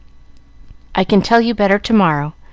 i can tell you better to-morrow.